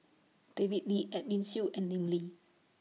David Lee Edwin Siew and Lim Lee